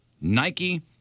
Nike